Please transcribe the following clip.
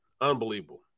Unbelievable